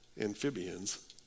amphibians